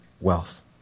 wealth